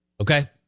Okay